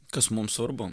kas mums svarbu